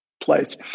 place